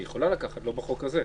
היא יכולה לקחת, לא בחוק הזה.